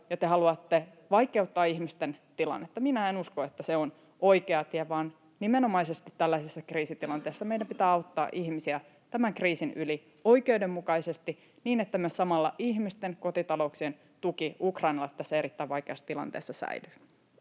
ja te haluatte vaikeuttaa ihmisten tilannetta. Minä en usko, että se on oikea tie, vaan nimenomaisesti tällaisessa kriisitilanteessa meidän pitää auttaa ihmisiä tämän kriisin yli oikeudenmukaisesti, niin että samalla myös ihmisten, kotitalouksien, tuki Ukrainalle tässä erittäin vaikeassa tilanteessa säilyy.